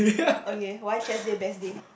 okay why chest day best day